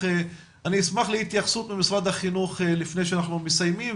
אשמח להתייחסות ממשרד החינוך לפני שנסיים,